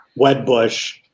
Wedbush